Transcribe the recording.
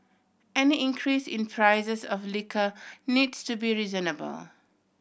any increase in prices of liquor needs to be reasonable